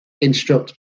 instruct